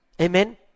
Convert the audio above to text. Amen